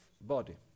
body